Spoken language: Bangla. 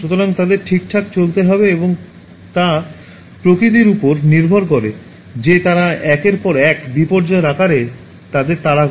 সুতরাং তাদের ঠিকঠাক চলতে হবে এবং তা প্রকৃতির উপর নির্ভর করে যে তারা একের পর এক বিপর্যয়ের আকারে তাদের তাড়া করছে